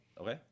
Okay